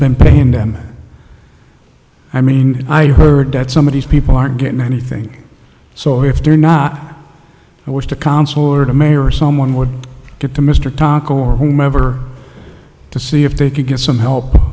been paying them i mean i've heard that some of these people aren't getting anything so if they're not and wish to consular the mayor someone would get to mr taco or whomever to see if they could get some help